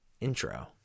Intro